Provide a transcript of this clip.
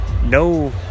No